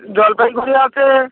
জলপাইগুড়িও আছে